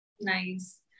Nice